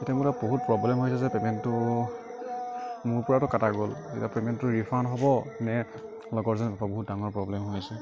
এতিয়া মানে বহুত প্ৰ'ব্লেম হৈ আছে যে পে'মেণ্টটো মোৰ পৰাটো কাটা গ'ল এতিয়া পে'মেণ্টটো ৰীফাণ্ড হ'ব নে লগৰজনে পাব বহুত ডাঙৰ প্ৰব্লেম হৈ আছে